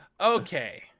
okay